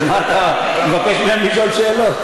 אז מה אתה מבקש מהם לשאול שאלות?